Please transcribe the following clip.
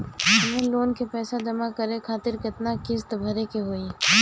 हमर लोन के पइसा जमा करे खातिर केतना किस्त भरे के होई?